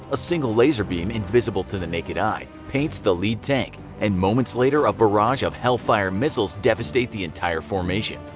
a single laser beam, invisible to the naked eye, paints the lead tank and moments later a barrage of hellfire missiles devastate the entire formation.